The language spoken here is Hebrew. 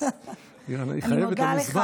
היא חייבת לנו זמן.